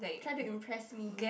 try to impress me